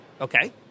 okay